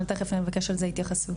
זה אותה קבוצת אוכלוסייה.